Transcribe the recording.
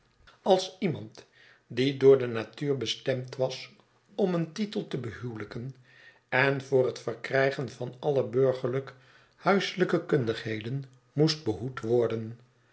als iemand die door de natuur bestemd was om een titel te behuwelijken en voor het verkrijgen van alle burgerlijk huiselijke kundigheden moest behoed worden